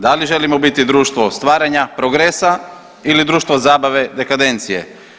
Da li želimo biti društvo stvaranja, progresa ili društvo zabave, dekadencije?